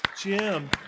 Jim